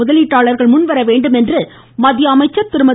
முதலீட்டாளர்கள் முன்வரவேண்டும் என்று அமைச்சர் திருமதி